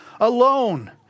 alone